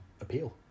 appeal